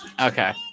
okay